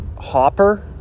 Hopper